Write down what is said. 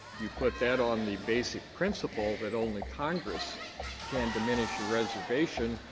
you put that on the basic principle that only congress can diminish a reservation,